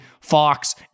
Fox